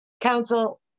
counsel